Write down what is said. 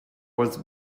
was